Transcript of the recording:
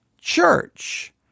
church